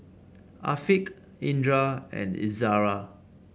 Afiq Indra and Izara